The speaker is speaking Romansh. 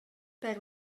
per